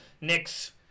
Knicks